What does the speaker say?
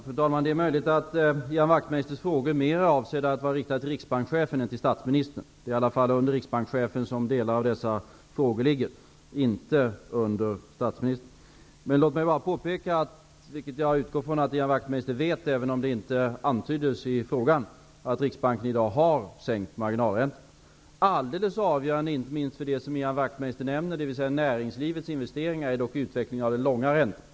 Fru talman! Det är möjligt att Ian Wachtmeisters frågor är mera avsedda att riktas till riksbankschefen än till statsministern. Det är i alla fall under riksbankschefen som delar av dessa frågor ligger, inte under statsministern. Även om det inte antyddes i frågan utgår jag ifrån att Ian Wachtmeister vet att Riksbanken i dag har sänkt marginalräntan. Alldeles avgörande -- inte minst för det som Ian Wachmeister nämnde, dvs. för näringslivets investeringar -- är dock utvecklingen av den långa räntan.